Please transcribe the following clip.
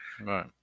Right